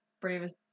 bravest